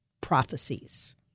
prophecies